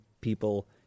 people